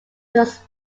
was